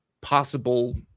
possible